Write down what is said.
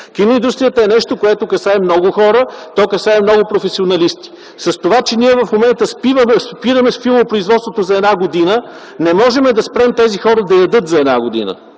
Киноиндустрията е нещо, което касае много хора. То касае много професионалисти. С това, че ние в момента спираме с филмопроизводството за една година, не можем да спрем тези хора да ядат за една година.